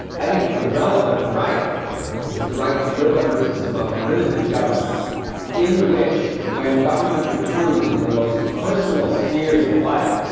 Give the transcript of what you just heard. i think the relevant right is the right to live under a system of limited government in which, when government intrudes into the most personal spheres of life,